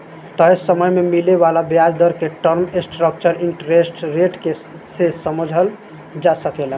तय समय में मिले वाला ब्याज दर के टर्म स्ट्रक्चर इंटरेस्ट रेट के से समझल जा सकेला